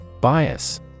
Bias